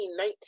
19